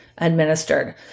Administered